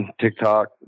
TikTok